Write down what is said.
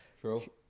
True